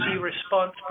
response